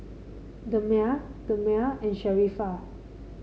Damia Damia and Sharifah